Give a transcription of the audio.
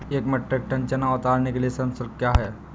एक metric ton चना उतारने के लिए श्रम शुल्क क्या है?